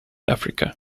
africa